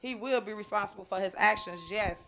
he will be responsible for his actions yes